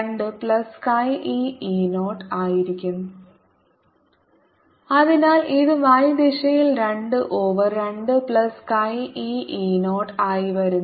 E E0 P20E0 e2eE0y 22eE0y D1e0E 2 1e2e0E0y അതിനാൽ ഇത് y ദിശയിൽ 2 ഓവർ 2 പ്ലസ് chi e ഇ 0 ആയി വരുന്നു